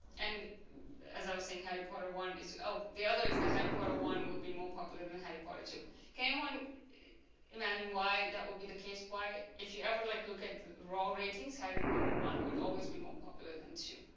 and as i was saying harry potter one is. oh the other is the harry potter one will be more popular than harry potter two can one imagine why that would be the case why if you ever like look at the raw ratings harry potter one would always be more popular than two